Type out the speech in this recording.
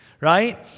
right